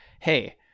hey